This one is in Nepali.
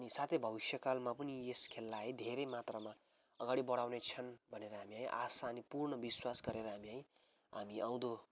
अनि साथै भविष्यकालमा पनि यस खेललाई पनि यस खेललाई धेरै मात्रमा अगाडि बढाउने छन् भनेर हामी है आशा अनि पूर्ण विश्वास गरेर हामी आउँदो